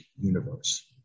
universe